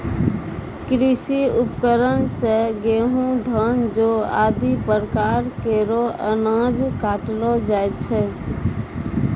कृषि उपकरण सें गेंहू, धान, जौ आदि प्रकार केरो अनाज काटलो जाय छै